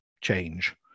change